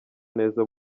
neza